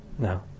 No